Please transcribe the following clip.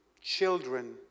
children